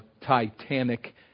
titanic